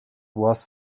was